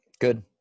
Good